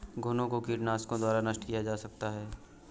घुनो को कीटनाशकों द्वारा नष्ट किया जा सकता है